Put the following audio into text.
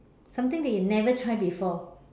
something that you never try before